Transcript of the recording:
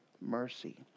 mercy